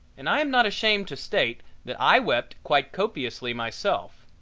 and i am not ashamed to state that i wept quite copiously myself.